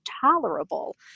tolerable